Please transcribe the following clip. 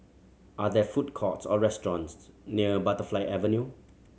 are there food courts or restaurants near Butterfly Avenue